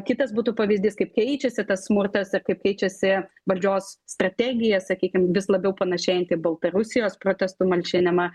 kitas būtų pavyzdys kaip keičiasi tas smurtas ir kaip keičiasi valdžios strategija sakykim vis labiau panašėjanti į baltarusijos protestų malšinimą